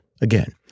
Again